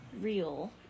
real